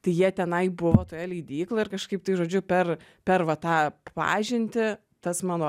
tai jie tenai buvo toje leidykloj ir kažkaip tai žodžiu per per va tą pažintį tas mano